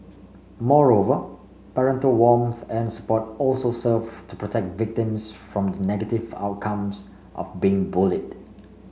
moreover parental warmth and support also serve to protect victims from the negative outcomes of being bullied